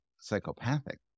psychopathic